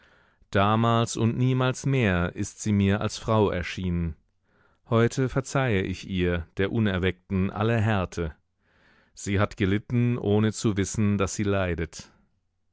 damals und niemals mehr ist sie mir als frau erschienen heute verzeihe ich ihr der unerweckten alle härte sie hat gelitten ohne zu wissen daß sie leidet